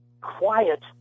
quiet